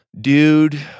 Dude